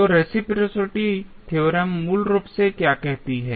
तो reciprocity theorem मूल रूप से क्या कहती है